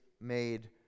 made